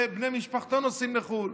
ובני משפחתו נוסעים לחו"ל,